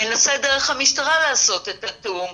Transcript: ננסה דרך המשטרה לעשות את התיאום.